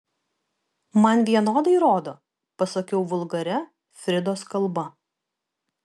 man vienodai rodo pasakiau vulgaria fridos kalba